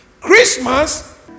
Christmas